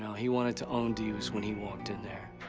he wanted to own divas when he walked in there.